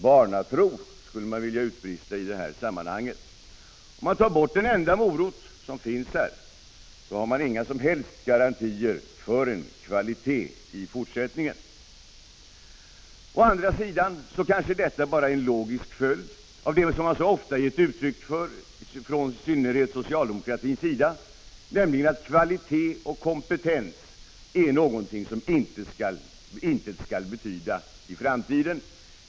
Barnatro, skulle man vilja utbrista i det sammanhanget. Om man tar bort den enda morot som finns, har man inga som helst garantier för kvalitet i fortsättningen. Å andra sidan kanske det bara är en logisk följd av det som så ofta har getts uttryck för från i synnerhet socialdemokratins sida, nämligen att kvalitet och kompetens är någonting som intet skall betyda i framtiden.